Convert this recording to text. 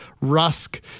Rusk